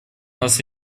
нас